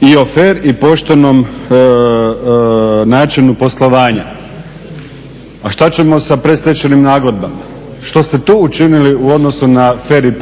i o fer i poštenom načinu poslovanja. A šta ćemo sa predstečajnim nagodbama? Što st tu učinili u odnosu na fer